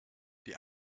die